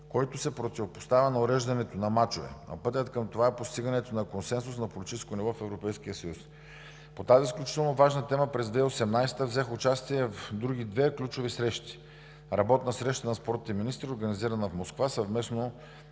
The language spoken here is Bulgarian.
който се противопоставя на уреждането на мачове, но пътят към това е постигането на консенсус на политическо ниво в Европейския съюз. По тази изключително важна тема през 2018 г. взех участие в други две ключови срещи: работна среща на спортните министри, организирана в Москва, съвместно